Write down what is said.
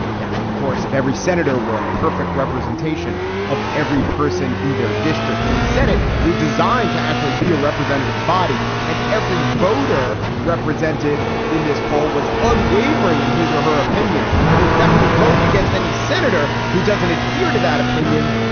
now, of course, if every senator were a perfect representation of every person in their district and the senate were designed to actually be a representative body, and every voter represented in this poll was unwavering in his or her opinion and will definitely vote against any senator who doesn't adhere to that opinion.